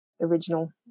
original